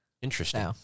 Interesting